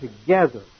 together